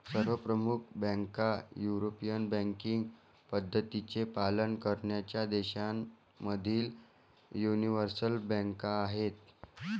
सर्व प्रमुख बँका युरोपियन बँकिंग पद्धतींचे पालन करणाऱ्या देशांमधील यूनिवर्सल बँका आहेत